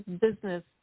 business